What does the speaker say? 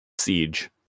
Siege